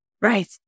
Right